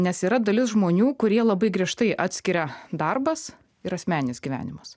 nes yra dalis žmonių kurie labai griežtai atskiria darbas ir asmenis gyvenimas